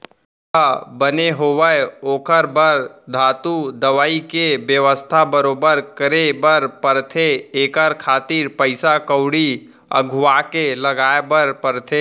फसल ह बने होवय ओखर बर धातु, दवई के बेवस्था बरोबर करे बर परथे एखर खातिर पइसा कउड़ी अघुवाके लगाय बर परथे